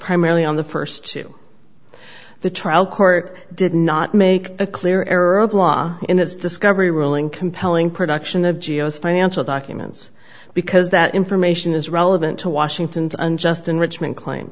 primarily on the st two the trial court did not make a clear error of law in its discovery ruling compelling production of gio's financial documents because that information is relevant to washington's unjust enrichment claim